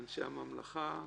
לאנשי הממלכה,